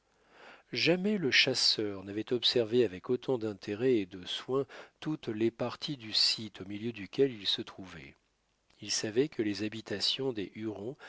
jamais le chasseur n'avait observé avec autant d'intérêt et de soin toutes les parties du site au milieu duquel il se trouvait il savait que les habitations des hurons